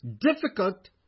difficult